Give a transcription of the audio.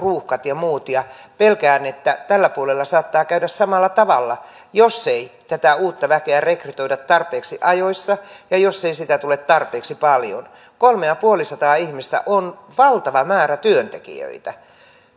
valtavat ruuhkat ja muut pelkään että tällä puolella saattaa käydä samalla tavalla jos ei tätä uutta väkeä rekrytoida tarpeeksi ajoissa ja jos ei sitä tule tarpeeksi paljon kolme ja puolisataa ihmistä on valtava määrä työntekijöitä